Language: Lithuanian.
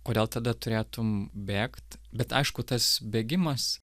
kodėl tada turėtum bėgt bet aišku tas bėgimas